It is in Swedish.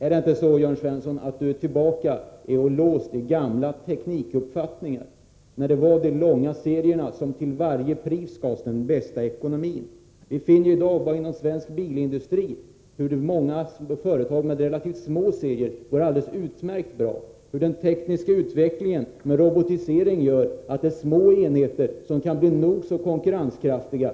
Jag undrar om inte Jörn Svensson är låst i gamla teknikuppfattningar. Förr var det de långa serierna som till varje pris gav den bästa ekonomin. Vi finner i dag inom svensk bilindustri många företag med relativt små serier som går alldeles utmärkt. Den robotisering som följer med den tekniska utvecklingen gör att små enheter kan bli nog så konkurrenskraftiga.